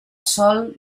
sòl